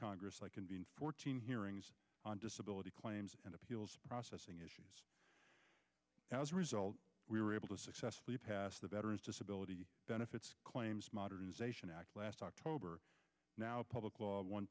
congress i can be in fourteen hearings on disability claims and appeals processing issues as a result we were able to successfully pass the veterans disability benefits claims modernization act last october now public law one